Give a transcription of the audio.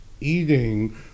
eating